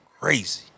crazy